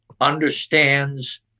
understands